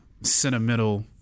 sentimental